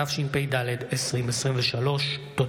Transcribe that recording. התשפ"ד 2023. תודה.